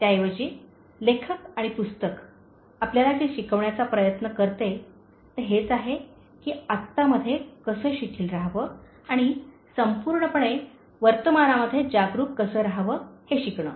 त्याऐवजी लेखक आणि पुस्तक आपल्याला जे शिकवण्याचा प्रयत्न करते ते हेच आहे की आत्ता मध्ये कसे शिथिल रहावे आणि संपूर्णपणे वर्तमानामध्ये जागरूक कसे राहावे हे शिकणे